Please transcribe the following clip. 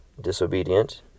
disobedient